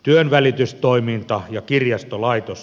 työnvälitystoiminta ja kirjastolaitos